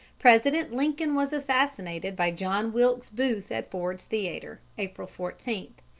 president lincoln was assassinated by john wilkes booth at ford's theatre, april fourteen.